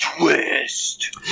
twist